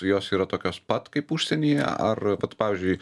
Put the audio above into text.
jos yra tokios pat kaip užsienyje ar vat pavyzdžiui